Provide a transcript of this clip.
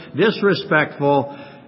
disrespectful